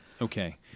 Okay